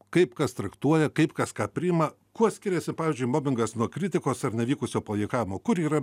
kaip kas traktuoja kaip kas ką priima kuo skiriasi pavyzdžiui mobingas nuo kritikos ar nevykusio pajuokavimo kur yra